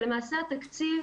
למעשה התקציב